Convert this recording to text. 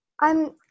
I'm-